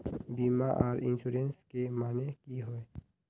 बीमा आर इंश्योरेंस के माने की होय?